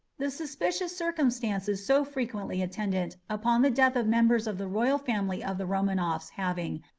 the suspicious circumstances so frequently attendant upon the death of members of the royal family of the romanoffs having,